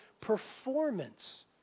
performance